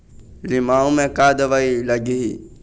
लिमाऊ मे का दवई लागिही?